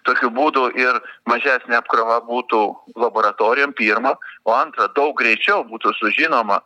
tokiu būdu ir mažesnė apkrova būtų laboratorijom pirma o antra daug greičiau būtų sužinoma